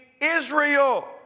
Israel